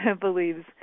believes